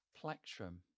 plectrum